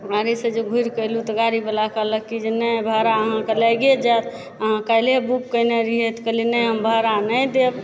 गाड़ीसँ जे घुरि कऽ अयलहुँ तऽ गाड़ीवला कहलक कि जे नहि भाड़ा अहाँके लाइगे जायत अहाँ काल्हिय बुक कयने रहियइ तऽ कहलियइ नहि हम भाड़ा नहि देब